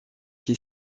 qui